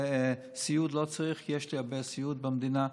כי יש לי הרבה סיעוד במדינה,